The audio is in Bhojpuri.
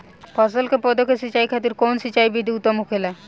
फल के पौधो के सिंचाई खातिर कउन सिंचाई विधि उत्तम होखेला?